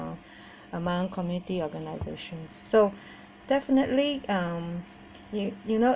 among community organisations so definitely um you you know